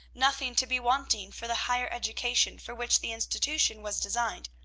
nothing to be wanting for the higher education for which the institution was designed,